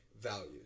values